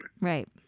Right